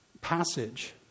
passage